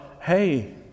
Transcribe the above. hey